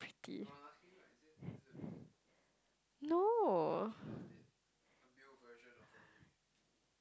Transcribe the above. pretty no